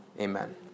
Amen